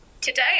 Today